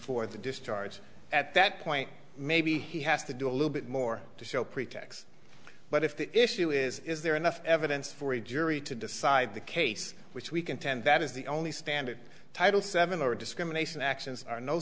for the discharge at that point maybe he has to do a little bit more to show pretext but if the issue is is there enough evidence for a jury to decide the case which we contend that is the only standard title seven or discrimination actions are no